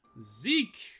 Zeke